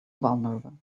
vulnerable